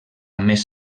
més